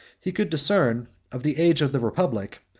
he could discern, of the age of the republic,